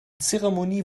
zeremonie